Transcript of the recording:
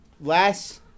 last